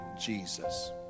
Jesus